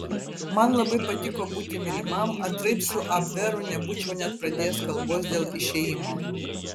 man labai patiko būti mylimam antraip su abveru nebūčiau net pradėjęs kalbos dėl išėjimo